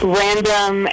random